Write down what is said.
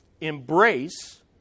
embrace